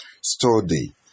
study